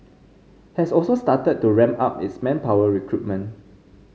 has also started to ramp up its manpower recruitment